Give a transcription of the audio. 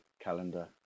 calendar